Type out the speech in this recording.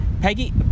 Peggy